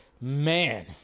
Man